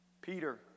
Peter